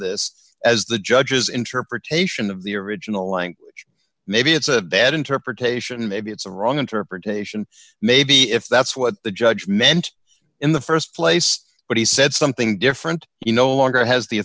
this as the judge's interpretation of the original language maybe it's a bad interpretation maybe it's a wrong interpretation maybe if that's what the judge meant in the st place but he said something different you no longer has the